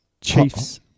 Chiefs